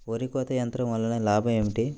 వరి కోత యంత్రం వలన లాభం ఏమిటి?